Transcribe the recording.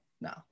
No